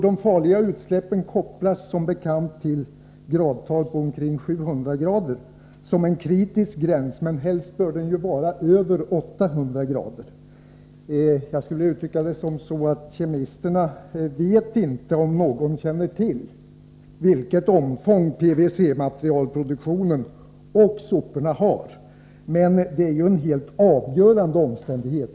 De farliga utsläppen kopplas som bekant till gradtal på omkring 700” som en kritisk gräns — helst bör temperaturen vara över 800”. Jag vill uttrycka mig på följande sätt: Kemisterna vet inte om någon känner till vilket omfång produktionen av PBC-material och sophanteringen har. Är inte det en helt avgörande omständighet?